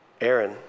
Aaron